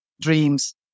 dreams